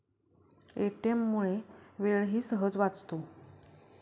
ATM मुळे वेळही सहज वाचतो